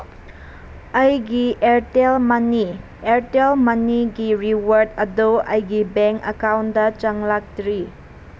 ꯑꯩꯒꯤ ꯑꯦꯌꯥꯔꯇꯦꯜ ꯃꯅꯤ ꯑꯦꯌꯥꯔꯇꯦꯜ ꯃꯅꯤꯒꯤ ꯔꯤꯋꯥꯔꯠ ꯑꯗꯨ ꯑꯩꯒꯤ ꯕꯦꯡꯛ ꯑꯦꯀꯥꯎꯟꯗ ꯆꯪꯂꯛꯇ꯭ꯔꯤ